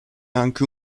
anche